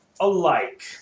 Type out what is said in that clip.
alike